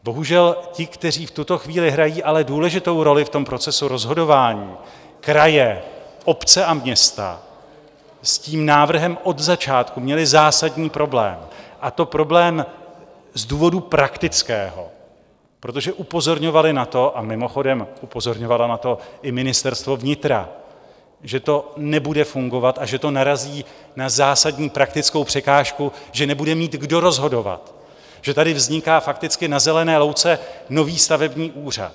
Bohužel ti, kteří v tuto chvíli hrají důležitou roli v procesu rozhodování, kraje, obce a města, s tím návrhem od začátku měly zásadní problém, a to problém z důvodu praktického, protože upozorňovali na to, a mimochodem upozorňovalo na to i Ministerstvo vnitra, že to nebude fungovat a že to narazí na zásadní praktickou překážku, že nebude mít kdo rozhodovat, že tady vzniká fakticky na zelené louce nový stavební úřad.